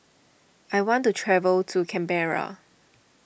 I want to travel to Canberra